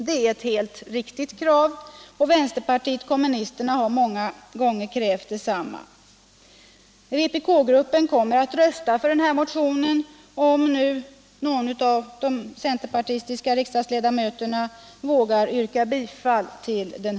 Det är ett helt riktigt krav, och vänsterpartiet kommunisterna har många gånger krävt detsamma. Vpk-gruppen kommer att rösta för den här motionen, om nu någon av de centerpartistiska riksdagsledamöterna vågar yrka bifall till den.